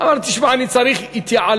אמר: תשמע, אני צריך התייעלות.